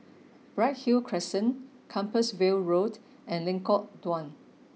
Bright Hill Crescent Compassvale Road and Lengkok Dua